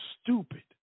stupid